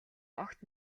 огт